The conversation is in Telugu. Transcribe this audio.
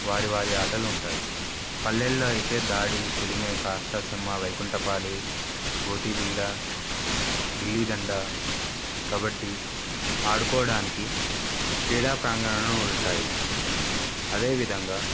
వారి వారి ఆటలు ఉంటాయి పల్లెల్లో అయితే దాడి పులిమేకా అష్టచమ్మ వైకుంఠపాళీ గోటీబిల్లా గిల్లీదండ కాబట్టి ఆడుకోవడానికి క్రీడా ప్రాంగణాలు ఉంటాయి అదే విధంగా